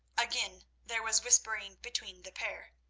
again there was whispering between the pair.